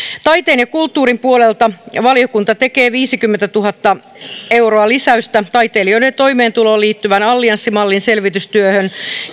taiteen ja kulttuurin puolella valiokunta tekee viisikymmentätuhatta euroa lisäystä taiteilijoiden toimeentuloon liittyvän allianssimallin selvitystyöhön